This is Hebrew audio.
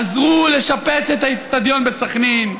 עזרו לשפץ את האצטדיון בסח'נין.